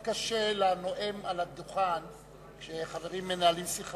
מאוד קשה לנואם על הדוכן כשחברים מנהלים שיחה.